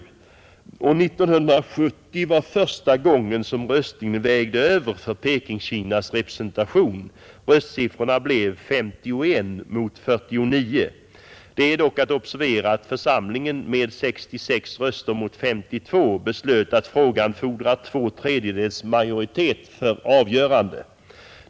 1970 var första gången som röstningen vägde över för Pekingkinas representation. Röstsiffrorna blev 51 mot 49, Det är dock att observera att församlingen med 66 röster mot 52 beslöt att frågan fordrar två tredjedels majoritet för avgörande.